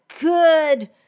good